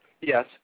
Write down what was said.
Yes